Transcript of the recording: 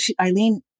Eileen